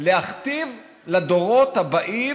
להכתיב לדורות הבאים,